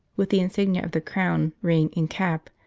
with the insignia of the crown, ring, and cap,